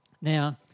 Now